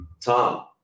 Tom